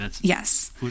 yes